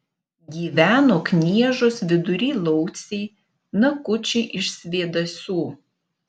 gyveno kniežos vidury lauciai nakučiai iš svėdasų